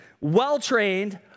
well-trained